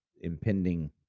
impending